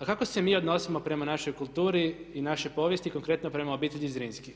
A kako se mi odnosimo prema našoj kulturi i našoj povijesti, konkretno prema obitelji Zrinski?